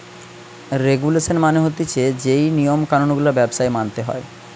regulation মানে হতিছে যেই নিয়ম কানুন গুলা ব্যবসায় মানতে হয়